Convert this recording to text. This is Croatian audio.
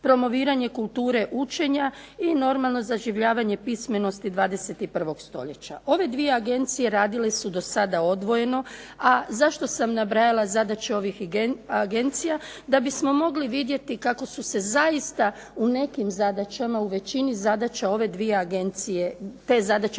promoviranje kulture učenja i normalno zaživljavanje pismenosti 21. stoljeća. Ove dvije Agencije radile su do sada odvojeno, a zašto sam nabrajala zadaće ovih dviju Agencija, da bismo mogli vidjeti kako su se zaista u nekim zadaćama, u većini zadaća ove dvije Agencije te zadaće